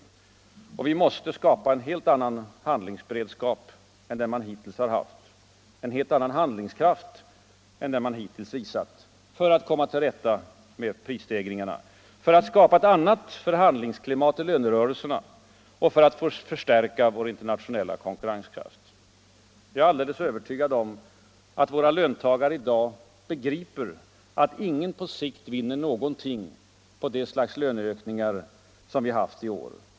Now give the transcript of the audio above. Vi måste — som jag framhöll tidigare i dag — skapa en helt annan handlingsberedskap än den man hittills haft och en annan handlingskraft än den man hittills visat för att komma till rätta med prisstegringarna, för att skapa ett annat förhandlingsklimat i lönerörelserna och för att förstärka vår internationella konkurrenskraft. Jag är alldeles övertygad om att våra löntagare i dag begriper att ingen på sikt vinner någonting på det slags löneökningar som vi haft i år.